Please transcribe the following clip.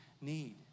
need